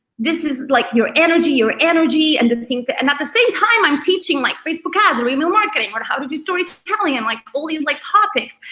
this is like your energy, your energy and into things. and at the same time i'm teaching like facebook ads, or email marketing, or how did you storytelling, and like all these like topics.